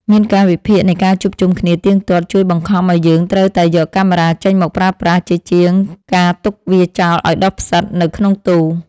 មានកាលវិភាគនៃការជួបជុំគ្នាទៀងទាត់ជួយបង្ខំឱ្យយើងត្រូវតែយកកាមេរ៉ាចេញមកប្រើប្រាស់ជាជាងការទុកវាចោលឱ្យដុះផ្សិតនៅក្នុងទូ។